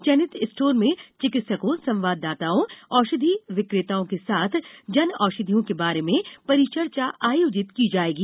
चयनित स्टोर में चिकित्सकों संवाददाताओं औषधी विकेताओं के साथ जन औषधियों के बारे में परिचर्चा आयोजित की जायेगी